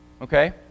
okay